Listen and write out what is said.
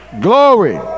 Glory